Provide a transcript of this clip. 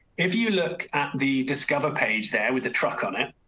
if you look at the discover page there with the truck on it.